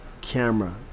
camera